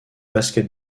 basket